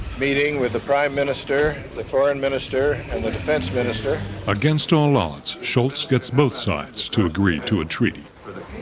meeting with the prime minister, the foreign minister and the defense minister. narrator against all odds, shultz gets both sides to agree to a treaty.